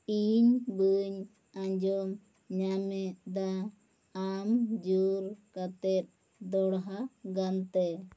ᱤᱧ ᱵᱟ ᱧ ᱟᱸᱡᱚᱢ ᱧᱟᱢᱮᱫᱼᱫᱟ ᱟᱢ ᱡᱩᱨ ᱠᱟᱛᱮ ᱫᱚᱲᱦᱟ ᱜᱟᱱ ᱯᱮ